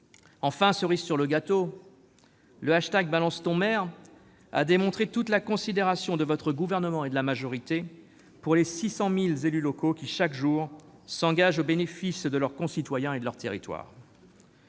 Enfin, cerise sur le gâteau, le hashtag #BalanceTonMaire a démontré toute la considération du Gouvernement et de la majorité pour les 600 000 élus locaux qui, chaque jour, s'engagent au bénéfice de leurs concitoyens et de leur territoire.